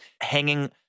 hanging